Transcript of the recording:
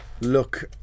Look